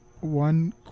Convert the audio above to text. one